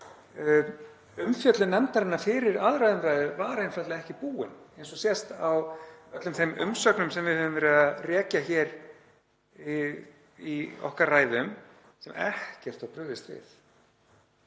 Umfjöllun nefndarinnar fyrir 2. umr. var einfaldlega ekki búin, eins og sést á öllum þeim umsögnum sem við höfum verið að rekja hér í okkar ræðum sem ekkert var brugðist við.